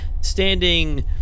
standing